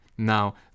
Now